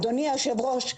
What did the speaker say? אדוני היושב-ראש,